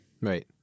Right